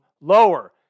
lower